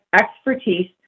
expertise